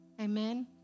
Amen